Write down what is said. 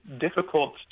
difficult